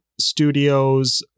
Studios